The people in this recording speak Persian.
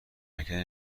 نکردن